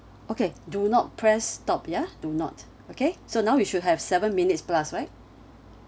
okay do not press stop ya do not okay so now we should have seven minutes plus right